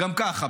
גם ככה,